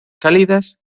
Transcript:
cálidas